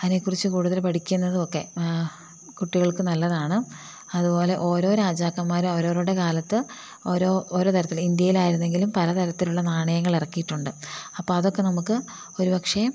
അതിനെ കുറിച്ചു കൂടുതൽ പഠിക്കിന്നതുമൊക്കെ കുട്ടികൾക്ക് നല്ലതാണ് അതുപോലെ ഓരോ രാജാക്കന്മാരും അവരവരുടെ കാലത്ത് ഓരോ ഓരോ തരത്തിൽ ഇന്ത്യയിലായിരുന്നെങ്കിലും പലതരത്തിലുള്ള നാണയങ്ങൾ ഇറക്കിയിട്ടുണ്ട് അപ്പം അതൊക്കെ നമ്മൾക്ക് ഒരു പക്ഷെ